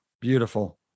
Beautiful